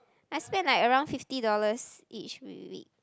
I spent like around fifty dollars each wee~ wee~ week